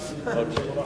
אוקיי.